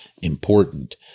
important